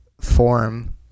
form